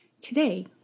Today